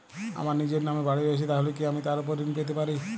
আমার নিজের নামে বাড়ী রয়েছে তাহলে কি আমি তার ওপর ঋণ পেতে পারি?